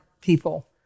people